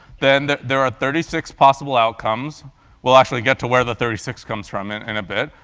then there are thirty six possible outcomes we'll actually get to where the thirty six comes from in in a bit.